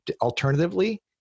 alternatively